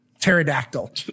pterodactyl